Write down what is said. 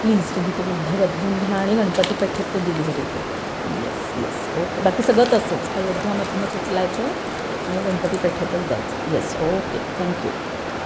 please तुम्ही तेवढं बदलून घ्या आणि गणपतीपेठेत ते डिलिव्हरी द्या येस येस ओके बाकी सगळं तसंच अयोध्यामधूनच उचलायचं आहे आणि गणपतीपेठेतच द्यायचं येस ओके थँक्यू